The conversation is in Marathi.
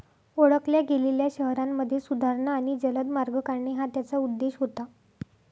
ओळखल्या गेलेल्या शहरांमध्ये सुधारणा आणि जलद मार्ग काढणे हा त्याचा उद्देश होता